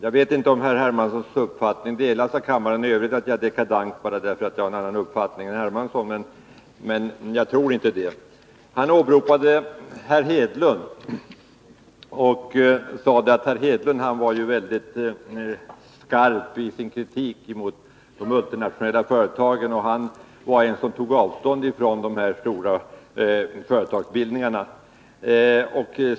Jag vet inte om Carl-Henrik Hermanssons uppfattning, att jag är dekadent bara därför att jag har en annan uppfattning än han, delas av kammaren i övrigt. Själv tror jag inte det. Carl-Henrik Hermansson åberopade herr Hedlund och sade att denne var mycket skarp i sin kritik mot de multinationella företagen och tog avstånd från de stora företagsbildningarna.